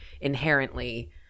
inherently